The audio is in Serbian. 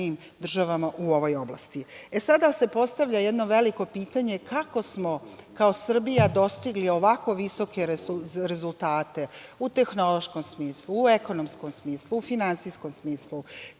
državama u ovoj oblasti. Sada se postavlja jedno veliko pitanje, kako smo kao Srbija dostigli ovako visoke rezultate u tehnološkom smislu, u ekonomskom smislu, u finansijskom smislu,